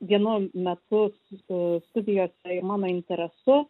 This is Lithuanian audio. vienu metu su studijos ir mano interesu